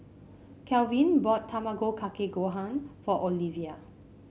Calvin bought Tamago Kake Gohan for Olevia